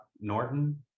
Norton